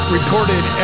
Recorded